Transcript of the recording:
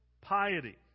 piety